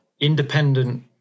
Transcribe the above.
independent